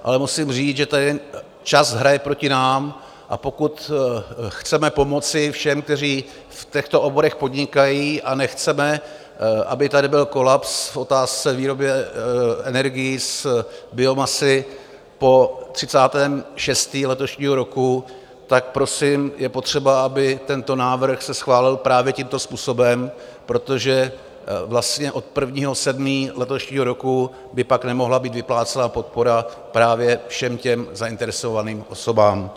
Ale musím říct, že tady čas hraje proti nám, a pokud chceme pomoci všem, kteří v těchto oborech podnikají, a nechceme, aby tady byl kolaps v otázce výroby energií z biomasy po 30. 6. letošního roku, tak prosím je potřeba, aby tento návrh se schválil právě tímto způsobem, protože vlastně od 1. 7. letošního roku by pak nemohla být vyplácena podpora právě všem těm zainteresovaným osobám.